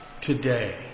today